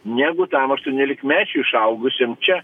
negu tam aštuoniolikmečiui išaugusiam čia